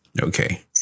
Okay